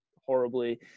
horribly